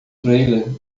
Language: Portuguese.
trailer